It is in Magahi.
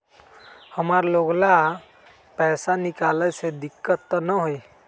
हमार लोगन के पैसा निकास में दिक्कत त न होई?